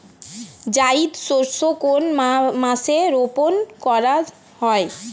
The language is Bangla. জায়িদ শস্য কোন মাসে রোপণ করা হয়?